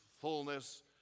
fullness